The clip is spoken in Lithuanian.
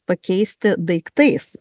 pakeisti daiktais